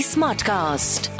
Smartcast